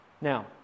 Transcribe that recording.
Now